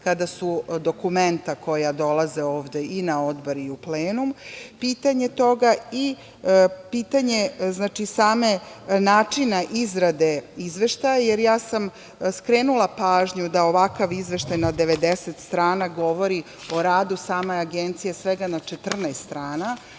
kada su dokumenta koja dolaze ovde na odbor i u plenum pitanje toga. I, pitanje samog načina izrade izveštaja, jer ja sam skrenula pažnju da ovakav izveštaj na 90 strana govori o radu same agencije svega na 14 strana,